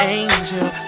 angel